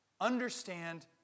understand